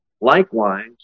Likewise